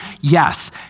Yes